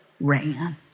ran